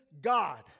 God